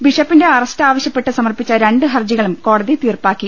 ബിഷപ്പിന്റെ അറസ്റ്റ് ആവശ്യപ്പെട്ട് സമർപ്പിച്ച രണ്ട് ഹർജികളും കോടതി തീർപ്പാക്കി